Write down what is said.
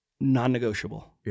Non-negotiable